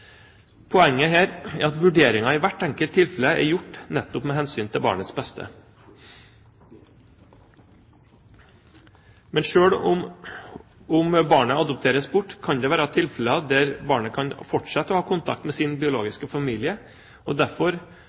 Poenget her er at vurderinger i hvert enkelt tilfelle er gjort nettopp med hensyn til barnets beste. Men selv om barnet adopteres bort, kan det være tilfeller der barnet kan fortsette å ha kontakt med sin biologiske familie. Derfor